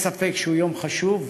אין ספק שזהו יום חשוב.